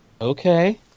Okay